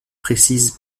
précise